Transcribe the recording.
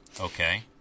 Okay